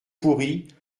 pourries